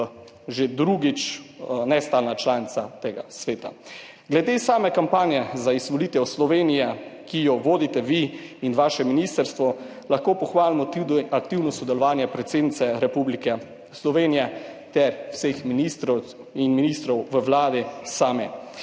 že drugič nestalna članica tega sveta. Glede same kampanje za izvolitev Slovenije, ki jo vodite vi in vaše ministrstvo, lahko pohvalimo tudi aktivno sodelovanje predsednice Republike Slovenije ter vseh ministric in ministrov v Vladi sami.